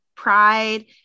Pride